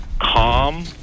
calm